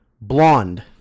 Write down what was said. Blonde